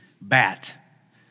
bat